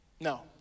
No